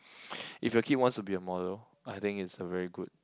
if your kids wants to be a model I think it's a very good